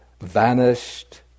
vanished